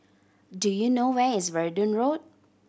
do you know where is Verdun Road